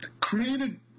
created